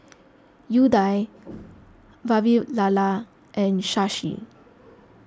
Udai Vavilala and Shashi